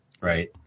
Right